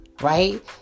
right